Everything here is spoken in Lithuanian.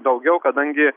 daugiau kadangi